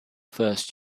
first